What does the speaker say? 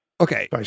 Okay